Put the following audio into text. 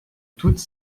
toutes